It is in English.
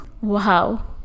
Wow